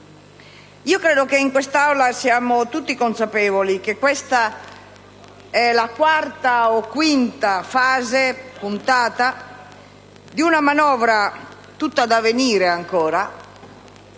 credo che in Aula siamo tutti consapevoli che questa è la quarta o quinta fase o puntata di una manovra tutta da venire ancora,